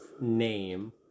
name